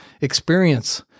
experience